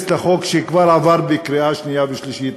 לחוק שכבר עבר בקריאה שנייה ושלישית,